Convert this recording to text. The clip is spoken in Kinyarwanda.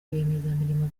rwiyemezamirimo